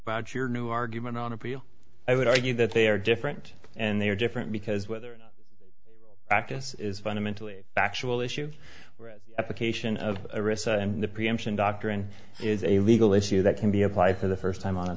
about your new argument on appeal i would argue that they are different and they are different because whether access is fundamentally factual issue where application of a risk and the preemption doctrine is a legal issue that can be apply for the first time on a